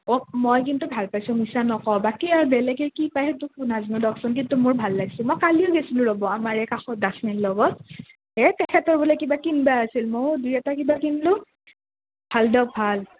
অঁ মই কিন্তু ভাল পাইছোঁ মিছা নকওঁ বাকী আৰু বেলেগে কি পায় সেইটোটো নাজ্নো দকচোন কিন্তু মোৰ ভাল লাগ্ছে মই কালিও গেছ্লোঁ ৰ'ব আমাৰ এই দাসনীৰ লগত এ তেখেতৰ বোলে কিবা কিন্বা আছিল ময়ো দুই এটা কিবা কিন্লোঁ ভাল দক ভাল